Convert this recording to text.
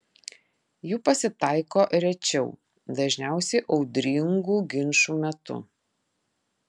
jų pasitaiko rečiau dažniausiai audringų ginčų metu